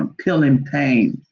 um peeling paint,